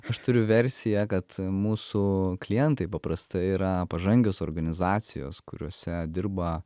aš turiu versiją kad mūsų klientai paprastai yra pažangios organizacijos kuriose dirba